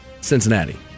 Cincinnati